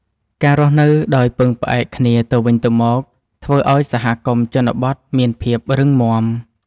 ការរស់នៅដោយពឹងផ្អែកគ្នាទៅវិញទៅមក ធ្វើឱ្យសហគមន៍ជនបទមានភាពរឹងមាំ។